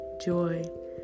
joy